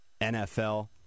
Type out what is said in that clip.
NFL